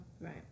Right